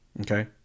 okay